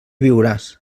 viuràs